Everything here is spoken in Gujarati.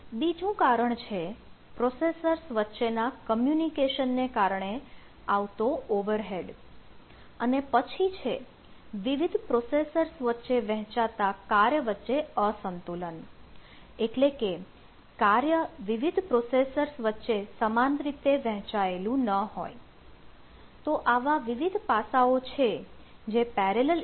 બીજું કારણ છે પ્રોસેસર્સ વચ્ચે ના કમ્યુનિકેશન ને અસર કરે છે કે તેની કાર્યક્ષમતા ઘટાડે છે